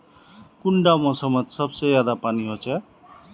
कुंडा मोसमोत सबसे ज्यादा पानी होचे?